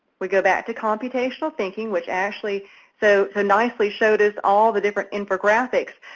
we go back to computational thinking, which ashley so ah nicely showed us all the different infographics.